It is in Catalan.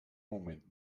moment